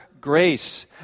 grace